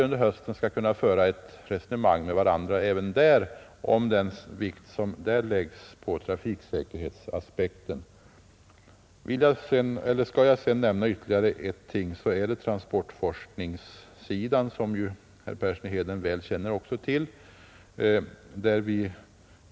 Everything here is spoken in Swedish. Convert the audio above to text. Under hösten kan vi alltså resonera om den vikt man i lagen lägger på trafiksäkerhetsaspekterna. Om jag sedan skall nämna ytterligare en sak, så skulle det vara transportforskningssidan, som herr Persson i Heden också känner väl till.